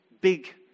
big